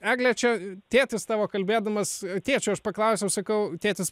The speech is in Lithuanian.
egle čia tėtis tavo kalbėdamas tėčio aš paklausiau sakau tėtis